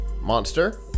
Monster